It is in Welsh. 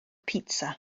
pitsa